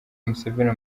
museveni